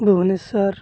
Bhubaneswar